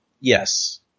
Yes